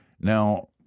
Now